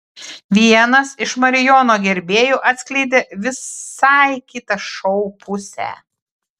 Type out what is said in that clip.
vienas iš marijono gerbėjų atskleidė visai kitą šou pusę